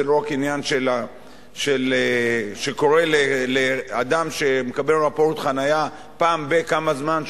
זה לא רק עניין שקורה לאדם שמקבל רפורט חנייה פעם בכמה זמן,